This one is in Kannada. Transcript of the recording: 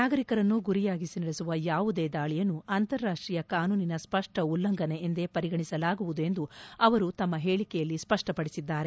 ನಾಗರಿಕರನ್ನು ಗುರಿಯಾಗಿಸಿ ನಡೆಸುವ ಯಾವುದೇ ದಾಳಿಯನ್ನು ಅಂತಾರಾಷ್ಟೀಯ ಕಾನೂನಿನ ಸ್ಪಷ್ಟ ಉಲ್ಲಂಘನೆ ಎಂದೇ ಪರಿಗಣಿಸಲಾಗುವುದು ಎಂದು ಅವರು ತಮ್ಮ ಹೇಳಿಕೆಯಲ್ಲಿ ಸ್ಪಷ್ಟಪಡಿಸಿದ್ದಾರೆ